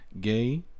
gay